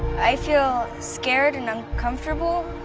i feel scared and uncomfortable.